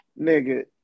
nigga